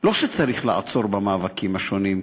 לא שצריך לעצור במאבקים השונים,